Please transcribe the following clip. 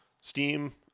Steam